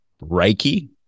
Reiki